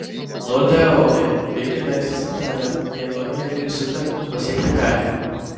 lorde eonai reikia leistis į kelią jei norime iki sutemų pasiekti kaimą